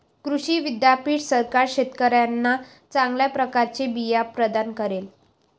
कृषी विद्यापीठ सरकार शेतकऱ्यांना चांगल्या प्रकारचे बिया प्रदान करेल